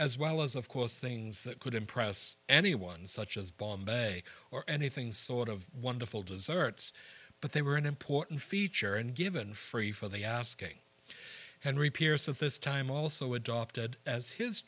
as well as of course things that could impress anyone such as bombay or anything sort of wonderful desserts but they were an important feature and given free for the asking henry pierce of this time also adopted as his